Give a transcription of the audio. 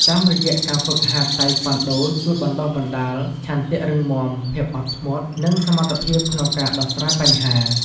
តាមរយៈការហ្វឹកហាត់ តៃក្វាន់ដូជួយបណ្តុះបណ្តាលឆន្ទៈរឹងមាំ ភាពអត់ធ្មត់ និងសមត្ថភាពក្នុងការដោះស្រាយបញ្ហា។